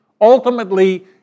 Ultimately